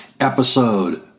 Episode